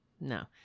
No